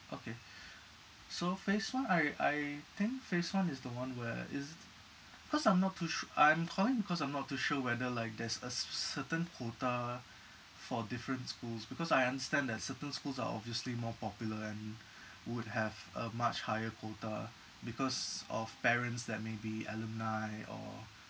okay so phase one I I think phase one is the one where is it cause I'm not too sh~ I'm calling because I'm not too sure whether like there's a certain quota for different schools because I understand that certain schools are obviously more popular and would have a much higher quota because of parents that may be alumni or